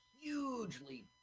hugely –